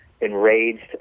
enraged